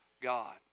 God